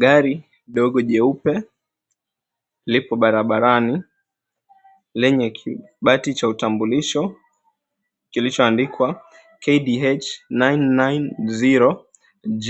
Gari dogo jeupe lipo barabarani lenye kibati cha utambulisho kilichoandikwa, KDH 990J.